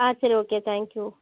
ஆ சரி okay thank you